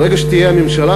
ברגע שתהיה ממשלה,